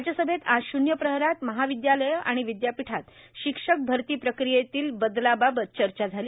राज्यसभेत आज शुन्य प्रहरात महाविदयालयं आणि विदयापीठात शिक्षक भर्तीप्रक्रियेतल्या बदलाबाबत चर्चा झाली